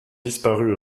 disparu